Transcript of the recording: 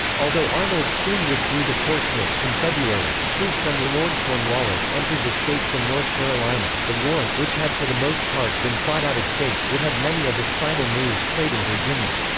although arnold soon withdrew to portsmouth, in february, troops under lord cornwallis entered the state from north carolina the war, which had for the most part been fought out of state, would have many of its final moves played in virginia.